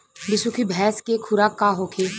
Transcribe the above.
बिसुखी भैंस के खुराक का होखे?